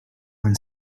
when